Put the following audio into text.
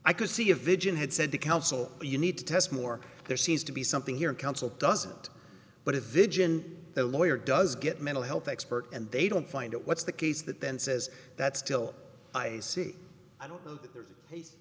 i could see a vision had said the counsel but you need to test more there seems to be something here counsel doesn't but a vision the lawyer does get mental health expert and they don't find out what's the case that then says that's still i see i don't know